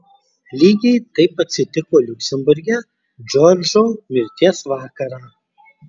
lygiai taip atsitiko liuksemburge džordžo mirties vakarą